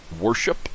worship